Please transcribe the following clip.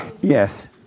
Yes